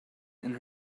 and